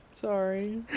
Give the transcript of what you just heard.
Sorry